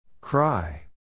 Cry